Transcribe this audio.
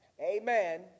Amen